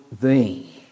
thee